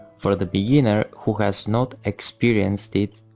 for the beginner who has not experienced it,